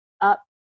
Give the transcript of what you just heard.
up